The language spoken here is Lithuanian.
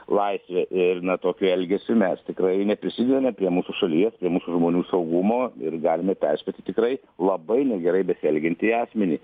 laisvė ir na tokiu elgesiu mes tikrai neprisidedame prie mūsų šalies žmonių saugumo ir galime perspėti tikrai labai negerai besielgiantį asmenį